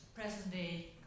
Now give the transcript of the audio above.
present-day